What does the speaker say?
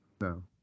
No